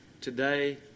today